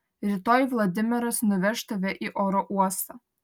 rytoj vladimiras nuveš tave į oro uostą